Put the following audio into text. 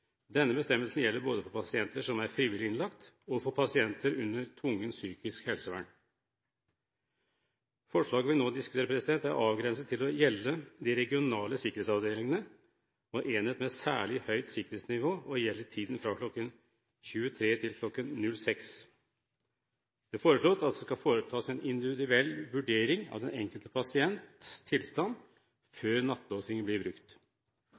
Denne bestemmelsen gjelder både for pasienter som er frivillig innlagt, og for pasienter under tvungent psykisk helsevern. Forslaget vi nå diskuterer, er avgrenset til å gjelde de regionale sikkerhetsavdelingene og enhet med særlig høyt sikkerhetsnivå og gjelder i tiden fra kl. 23 til kl. 06. Det foreslås at det skal foretas en individuell vurdering av den enkelte pasients tilstand før nattelåsing blir brukt.